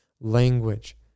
language